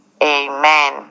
Amen